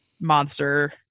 monster